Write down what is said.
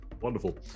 Wonderful